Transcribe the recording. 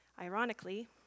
Ironically